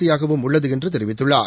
சியாக உள்ளது என்றும் தெரிவித்துள்ளார்